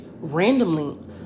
randomly